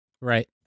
right